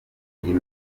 imijyi